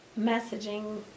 messaging